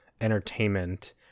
entertainment